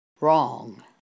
wrong